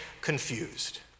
confused